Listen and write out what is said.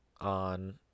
on